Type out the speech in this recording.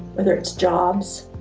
whether it's jobs,